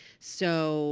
so